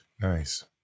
Nice